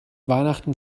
weihnachten